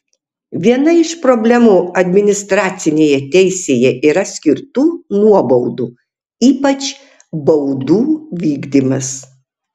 viena iš problemų administracinėje teisėje yra skirtų nuobaudų ypač baudų vykdymas